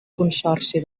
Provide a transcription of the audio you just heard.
consorci